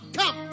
come